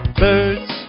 birds